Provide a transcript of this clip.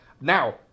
Now